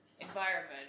environment